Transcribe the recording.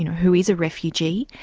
you know who is a refugee,